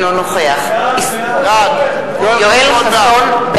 בעד ישראל חסון,